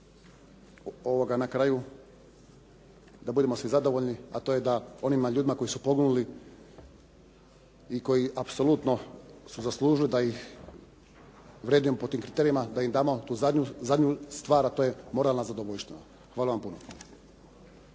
da budemo svi zadovoljni, a to je da onima ljudima koji su poginuli i koji apsolutno su zaslužili da ih vrednujemo po tim kriterijima, da im damo tu zadnju stvar, a to je moralna zadovoljština. Hvala vam puno.